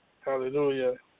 Hallelujah